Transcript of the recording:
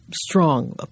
strong